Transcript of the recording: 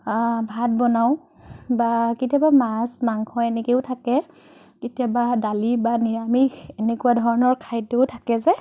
ভাত বনাওঁ বা কেতিয়াবা মাছ মাংস এনেকৈও থাকে কেতিয়াবা দালি বা নিৰামিষ এনেকুৱা ধৰণৰ খাদ্যও থাকে যে